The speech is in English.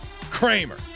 Kramer